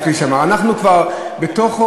אנחנו כבר בתוך,